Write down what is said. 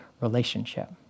relationship